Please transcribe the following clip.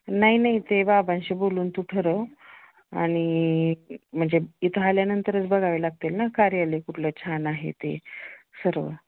नाही नाही ते बाबांशी बोलून तू ठरव आणि म्हणजे इथं आल्यानंतरच बघावे लागतील ना कार्यालय कुठलं छान आहे ते सर्व